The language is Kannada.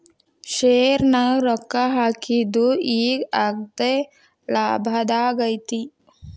ಶೆರ್ನ್ಯಾಗ ರೊಕ್ಕಾ ಹಾಕಿದ್ದು ಈಗ್ ಅಗ್ದೇಲಾಭದಾಗೈತಿ